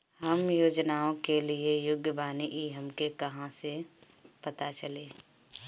हम योजनाओ के लिए योग्य बानी ई हमके कहाँसे पता चली?